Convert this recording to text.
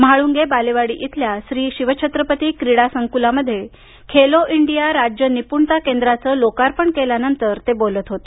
म्हाळुंगे बालेवाडी इथल्या श्री शिवछत्रपती क्रीडा संकुलामध्ये खेलो इंडिया राज्य निपुणता केंद्राचं लोकार्पण केल्यानंतर ते बोलत होते